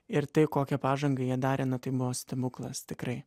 ir tai kokią pažangą jie darė na tai buvo stebuklas tikrai